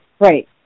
Right